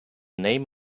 name